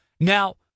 Now